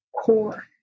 core